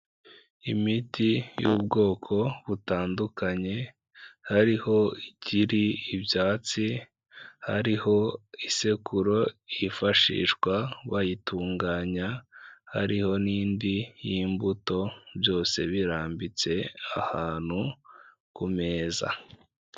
Imiti y'ubwoko butandukanye, hariho igiri ibyatsi, hariho isekuru yifashishwa bayitunganya, hariho n'indi y'imbuto byose birambitse ahantu ku meza.